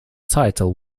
title